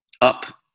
Up